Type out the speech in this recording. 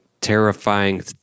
terrifying